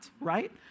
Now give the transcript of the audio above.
right